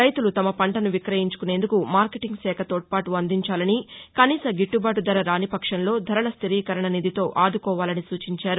రైతులు తమ పంటను విక్రయించుకునేందుకు మార్కెటీంగ్ శాఖ తోడ్పాటు అందించాలని కనీస గిట్టబాటు ధర రానిపక్షంలో ధరల స్టిరీకరణ నిధితో ఆదుకోవాలని సూచించారు